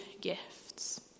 gifts